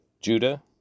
Judah